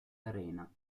arena